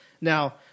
Now